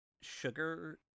sugar